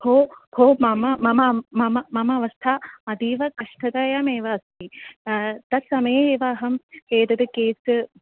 हो हो मम मम मम मम अवस्था अतीव कष्टतयामेव अस्ति तत्समये एव अहम् एतद् केस्